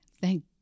Thank